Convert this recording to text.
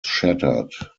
shattered